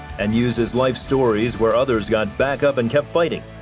and uses life stories where others got back up and kept fighting.